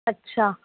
अच्छा